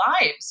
lives